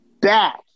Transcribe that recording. back